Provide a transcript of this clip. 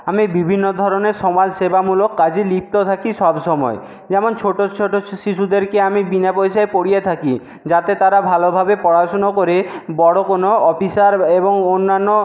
আমি বিভিন্ন ধরণের সমাজসেবামূলক কাজে লিপ্ত থাকি সবসময় যেমন ছোটো ছোটো শিশুদেরকে আমি বিনা পয়সায় পড়িয়ে থাকি যাতে তারা ভালোভাবে পড়াশুনো করে বড়ো কোনো অফিসার এবং অন্যান্য